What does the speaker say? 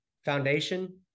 Foundation